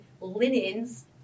linens